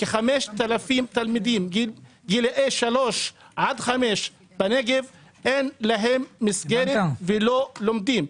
כ-5,000 תלמידים מגילאי 3 עד 5 בנגב אין להם מסגרת ולא לומדים.